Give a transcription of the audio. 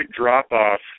drop-off